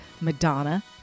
Madonna